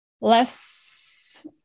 less